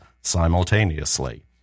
simultaneously